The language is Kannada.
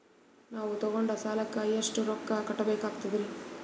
ನಾವು ತೊಗೊಂಡ ಸಾಲಕ್ಕ ಎಷ್ಟು ರೊಕ್ಕ ಕಟ್ಟಬೇಕಾಗ್ತದ್ರೀ?